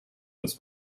das